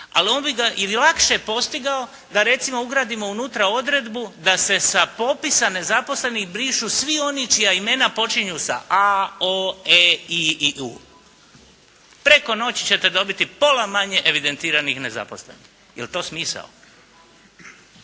Ali on bi ga i lakše postigao da recimo ugradimo unutra odredbu da se sa popisa nezaposlenih brišu svi oni čija imena počinju sa a, o, e, i i u. Preko noći ćete dobiti pola manje evidentiranih nezaposlenih. Je li to smisao?